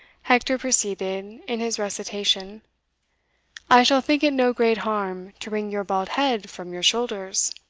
hector proceeded in his recitation i shall think it no great harm to wring your bald head from your shoulders